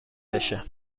بشه